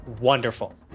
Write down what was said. Wonderful